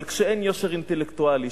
אבל כשאין יושר אינטלקטואלי,